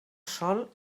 sol